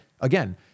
again